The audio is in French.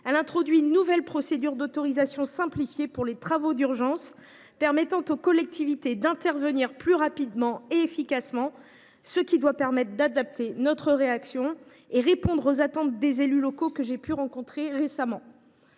Elle introduit une nouvelle procédure d’autorisation simplifiée pour les travaux d’urgence, permettant aux collectivités territoriales d’intervenir plus rapidement et efficacement, ce qui doit permettre d’adapter notre réaction et répond aux attentes des élus locaux que j’ai rencontrés récemment.